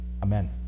Amen